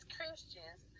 Christians